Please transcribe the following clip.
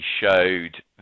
showed